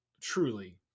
truly